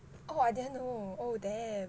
oh I didn't know oh damn